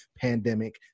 pandemic